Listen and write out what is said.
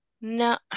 No